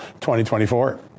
2024